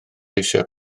eisiau